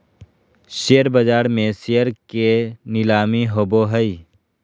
share बाज़ार में share के नीलामी होबो हइ